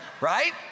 right